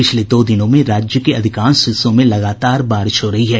पिछले दो दिनों से राज्य के अधिकांश हिस्सों में लगातार बारिश हो रही है